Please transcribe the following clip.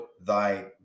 thy